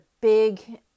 big